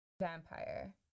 Vampire